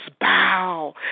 bow